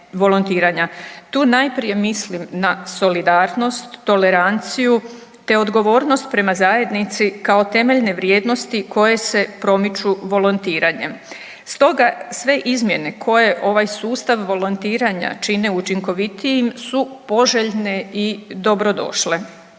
Tu najprije mislim na solidarnost, toleranciju, te odgovornost prema zajednici kao temeljne vrijednosti koje se promiču volontiranjem. Stoga sve izmjene koje ovaj sustav volontiranja čine učinkovitijim su poželjne i dobrodošle.